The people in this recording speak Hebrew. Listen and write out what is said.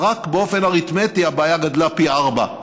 אז רק באופן אריתמטי הבעיה גדלה פי ארבעה,